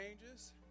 changes